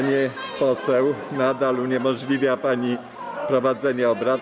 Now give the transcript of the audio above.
Pani poseł, nadal uniemożliwia pani prowadzenie obrad.